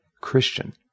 Christian